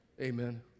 amen